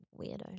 Weirdo